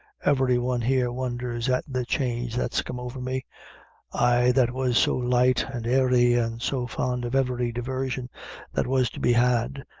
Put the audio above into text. every one here wondhers at the change that's come over me i that was so light and airy, and so fond of every divarsion that was to be had,